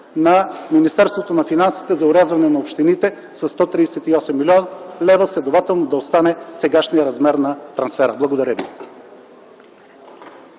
на Министерството на финансите за орязване на общините със 138 млн. лв., следователно да остане сегашният размер на трансфера. Благодаря ви.